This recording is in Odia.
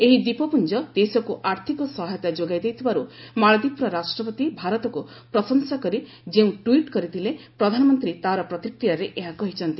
ଏହି ଦ୍ୱୀପପ୍ରଞ୍ଜ ଦେଶକ୍ତ ଆର୍ଥକ ସହାୟତା ଯୋଗାଇ ଦେଇଥିବାରୁ ମାଳଦ୍ୱୀପର ରାଷ୍ଟ୍ରପତି ଭାରତକୁ ପ୍ରଶଂସା କରି ଯେଉଁ ଟ୍ୱିଟ୍ କରିଥିଲେ ପ୍ରଧାନମନ୍ତ୍ରୀ ତା'ର ପ୍ରତିକ୍ରିୟାରେ ଏହା କହିଛନ୍ତି